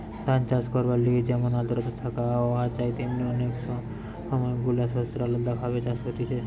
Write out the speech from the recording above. ধান চাষ করবার লিগে যেমন আদ্রতা থাকা আবহাওয়া চাই তেমনি অনেক গুলা শস্যের আলদা ভাবে চাষ হতিছে